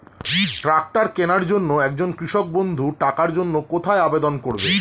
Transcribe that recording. Tractor কিনার জন্য একজন কৃষক বন্ধু টাকার জন্য কোথায় আবেদন করবে?